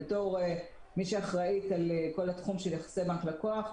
בתור מי שאחראית על כל התחום של יחסי בנק-לקוח,